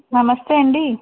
నమస్తే అండి